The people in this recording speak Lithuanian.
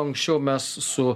anksčiau mes su